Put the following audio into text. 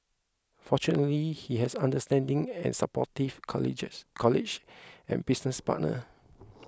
fortunately he has understanding and supportive colleagues and business partners